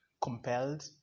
compelled